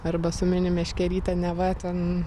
arba su mini meškelyte neva ten